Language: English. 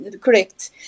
correct